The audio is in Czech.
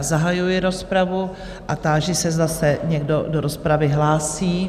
Zahajuji rozpravu a táži se, zda se někdo do rozpravy hlásí?